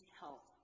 help